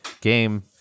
game